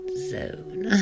zone